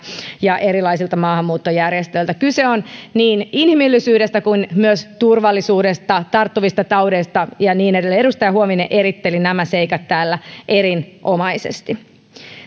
ja erilaisilta maahanmuuttojärjestöiltä kyse on niin inhimillisyydestä kuin myös turvallisuudesta tarttuvista taudeista ja niin edelleen edustaja huovinen eritteli nämä seikat täällä erinomaisesti